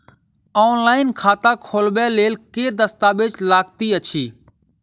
Online खाता खोलबय लेल केँ दस्तावेज लागति अछि?